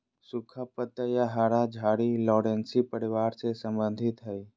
सुखा पत्ता या हरा झाड़ी लॉरेशी परिवार से संबंधित हइ